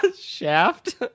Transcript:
Shaft